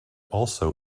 also